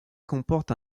comporte